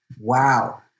Wow